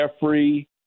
Jeffrey